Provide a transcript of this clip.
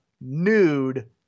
nude